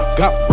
got